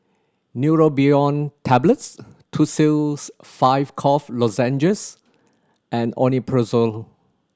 Neurobion Tablets Tussils Five Cough Lozenges and Omeprazole